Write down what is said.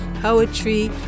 poetry